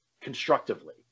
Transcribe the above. constructively